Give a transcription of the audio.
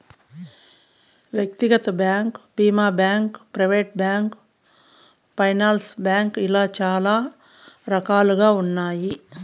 వ్యక్తిగత బ్యాంకు భీమా bank, private bank, finance bank ఇలా చాలా రకాలుగా ఉన్నాయి